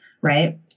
Right